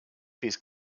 these